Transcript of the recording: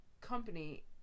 company